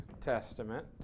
Testament